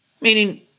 Meaning